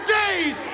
days